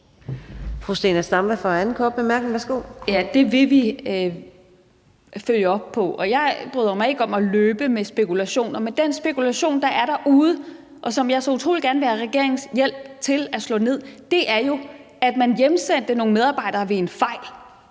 Det vil vi følge op på. Jeg bryder mig ikke om at løbe med spekulationer, men den spekulation, der er derude, og som jeg så utrolig gerne vil have regeringens hjælp til at slå ned, er jo, at man hjemsendte nogle medarbejdere ved en fejl,